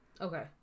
Okay